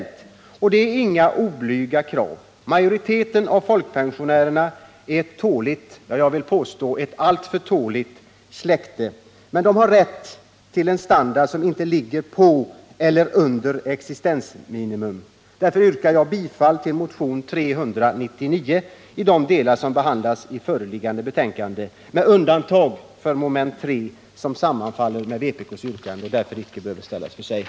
Det är inga oblyga krav. Majoriteten av folkpensionärerna är ett tåligt — jag vill påstå alltför tåligt — släkte. Men de har rätt till en standard som inte ligger på eller under existensminimum. Därför yrkar jag bifall till motionen 399 i de delar som behandlas i föreliggande betänkande, med undantag för mom. 3, som sammanfaller med vpk:s motion och som därför inte kräver något särskilt yrkande.